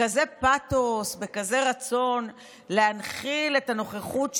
בכזה פתוס, בכזה רצון להנחיל את הנוכחות שלנו,